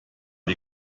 die